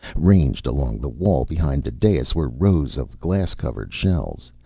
ranged along the wall behind the dais were rows of glass-covered shelves.